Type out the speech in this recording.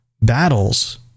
battles